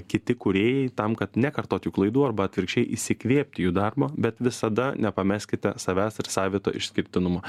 kiti kūrėjai tam kad nekartot jų klaidų arba atvirkščiai įsikvėpti jų darbo bet visada nepameskite savęs ir savito išskirtinumo